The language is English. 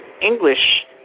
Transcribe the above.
English